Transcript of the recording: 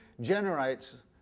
generates